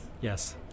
Yes